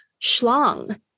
schlong